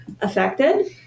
affected